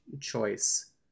choice